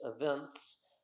events